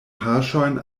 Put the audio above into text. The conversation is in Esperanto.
paŝojn